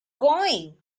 going